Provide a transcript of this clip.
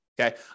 Okay